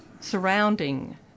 surrounding